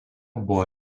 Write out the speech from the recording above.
buvo